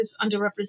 underrepresented